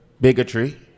Bigotry